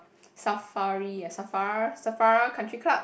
safari ah safar safara country club